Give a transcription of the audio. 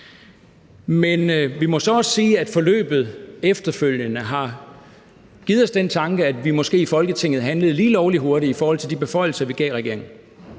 Men vi må så også sige, at forløbet efterfølgende har givet os den tanke, at vi måske i Folketinget handlede lige lovlig hurtigt i forhold til de beføjelser, vi gav regeringen,